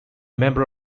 member